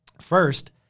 First